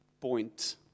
point